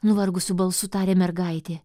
nuvargusiu balsu tarė mergaitė